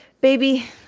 baby